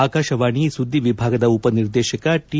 ಆಕಾಶವಾಣಿ ಸುದ್ದಿ ವಿಭಾಗದ ಉಪ ನಿರ್ದೇಶಕ ಟಿ